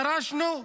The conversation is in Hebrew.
דרשנו,